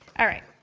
alright.